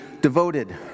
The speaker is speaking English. devoted